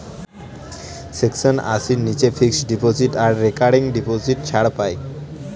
section আশির নীচে fixed deposit আর রেকারিং ডিপোজিট ছাড় পাই